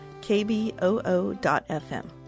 KBOO.fm